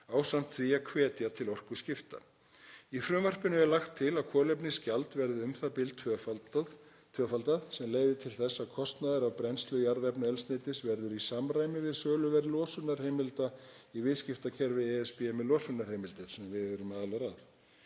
ásamt því að hvetja til orkuskipta. Í frumvarpinu er lagt til að kolefnisgjald verði u.þ.b. tvöfaldað sem leiðir til þess að kostnaður af brennslu jarðefnaeldsneytis verður í samræmi við söluverð losunarheimilda í viðskiptakerfi ESB með losunarheimildir sem við erum aðilar að.